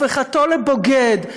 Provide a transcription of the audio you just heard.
הפיכתו לבוגד,